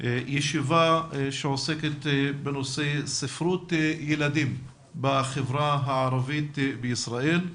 ישיבה שעוסקת בנושא ספרות ילדים בחברה הערבית בישראל.